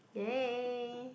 ya